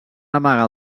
amagar